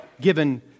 given